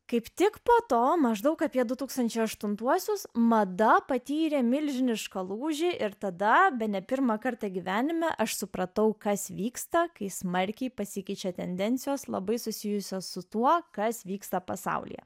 kaip tik po to maždaug apie du tūkstančiai aštuntuosius mada patyrė milžinišką lūžį ir tada bene pirmą kartą gyvenime aš supratau kas vyksta kai smarkiai pasikeičia tendencijos labai susijusios su tuo kas vyksta pasaulyje